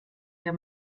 der